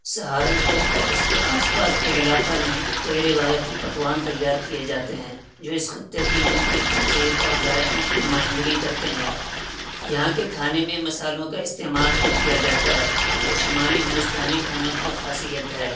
سہارنپور اور اس کے آس پاس کے علاقہ میں کئی روایتی پکوان تیار کیے جاتے ہیں جو اس خطے کی منفرد تہذیب اور ذائقوں کی نمائندگی کرتے ہیں یہاں کے کھانے میں مسالوں کا استعمال خوب کیا جاتا ہے جو کہ شمالی ہندوستانی کھانوں کے خاصیت ہے